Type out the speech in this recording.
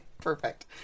perfect